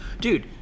Dude